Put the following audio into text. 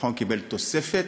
הביטחון קיבל תוספת